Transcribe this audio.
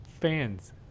fans